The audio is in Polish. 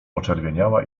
poczerwieniała